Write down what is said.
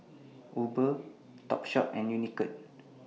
Uber Topshop and Unicurd